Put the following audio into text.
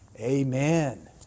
Amen